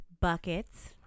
buckets